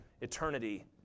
eternity